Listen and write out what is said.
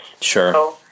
sure